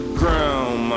ground